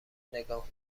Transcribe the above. نگاه